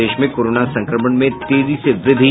प्रदेश में कोरोना संक्रमण में तेजी से वृद्धि